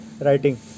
writing